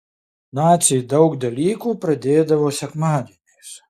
naciai daug dalykų pradėdavo sekmadieniais